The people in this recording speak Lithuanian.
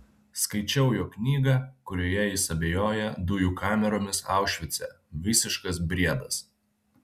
skaičiau jo knygą kurioje jis abejoja dujų kameromis aušvice visiškas briedas